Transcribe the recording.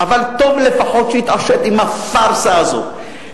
אבל טוב לפחות שהתעשת עם הפארסה הזאת,